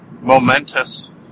momentous